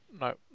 no